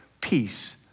Peace